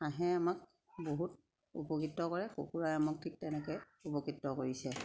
হাঁহে আমাক বহুত উপকৃত কৰে কুকুৰাই আমাক ঠিক তেনেকে উপকৃত কৰিছে